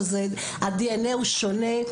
ה-די.אן.אי הוא שונה,